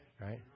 Right